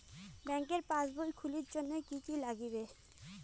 ব্যাঙ্কের পাসবই খুলির জন্যে কি কি নাগিবে?